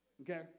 Okay